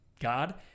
God